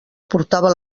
portava